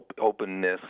openness